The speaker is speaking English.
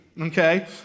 okay